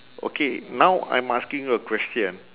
okay now I'm asking you a question